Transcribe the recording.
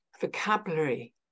vocabulary